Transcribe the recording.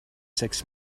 six